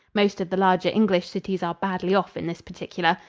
most of the larger english cities are badly off in this particular.